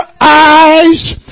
eyes